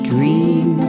Dream